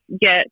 get